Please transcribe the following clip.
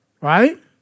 Right